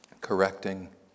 correcting